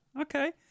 okay